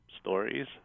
stories